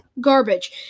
garbage